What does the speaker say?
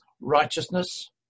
righteousness